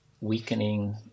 weakening